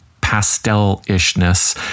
pastel-ishness